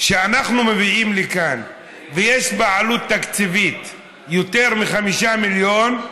שאנחנו מביאים לכאן ויש לה עלות תקציבית של יותר מ-5 מיליון,